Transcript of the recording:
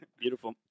Beautiful